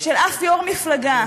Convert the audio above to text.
של שום יו"ר מפלגה,